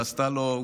ועשתה לו,